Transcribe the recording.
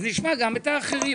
אז נשמע גם את האחרים,